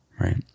right